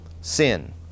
sin